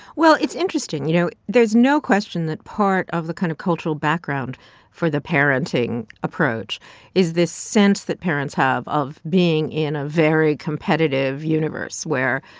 well, it's interesting. you know, there's no question that part of the kind of cultural background for the parenting approach is this sense that parents have of being in a very competitive universe where,